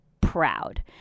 proud